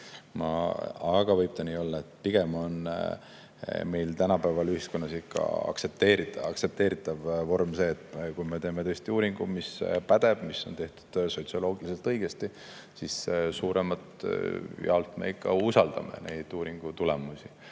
Aga võib nii olla. Pigem on meil tänapäeval ühiskonnas ikka aktsepteeritav vorm see, et kui me teeme tõesti uuringu, mis pädeb, mis on tehtud sotsioloogiliselt õigesti, siis suuremalt jaolt me ikka usaldame neid uuringutulemusi.